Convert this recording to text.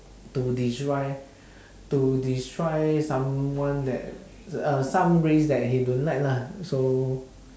to destroy to destroy someone that uh some race that he don't like lah so